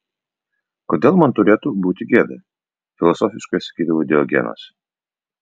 kodėl man turėtų būti gėda filosofiškai sakydavo diogenas